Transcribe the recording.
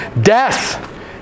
Death